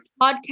podcast